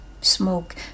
Smoke